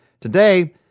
Today